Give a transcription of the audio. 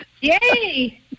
Yay